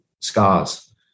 scars